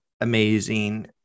amazing